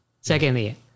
Secondly